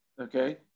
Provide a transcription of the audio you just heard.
okay